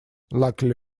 luckily